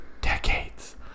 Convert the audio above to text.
decades